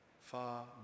far